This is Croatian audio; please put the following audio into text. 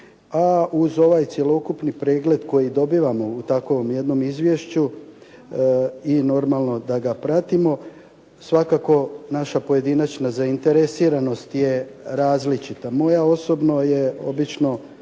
a uz ovaj cjelokupni pregled koji dobivamo u takovom jednom izvješću i normalno da ga pratimo svakako naša pojedinačna zainteresiranost je različita. Moja osobno je obično